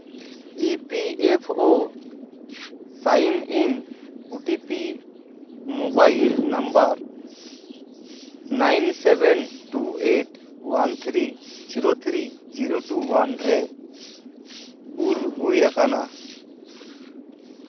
E P F O sign in O T P mobile number nine seven two eight one three zero three zero two one ᱨᱮ ᱠᱩᱞ ᱦᱩᱭ ᱟᱠᱟᱱᱟ